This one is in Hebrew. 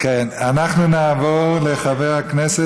אנחנו נעבור לשר.